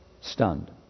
Stunned